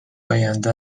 آینده